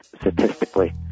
statistically